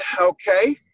Okay